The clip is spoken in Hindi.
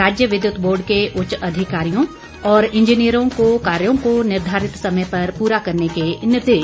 राज्य विद्युत बोर्ड के उच्च अधिकारियों और इंजीनियरों को कार्यों को निर्धारित समय पर पूरा करने के निर्देश